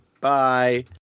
Bye